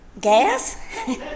Gas